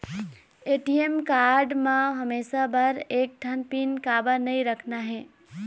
ATM card म हमेशा बर एक ठन पिन काबर नई रखना हे?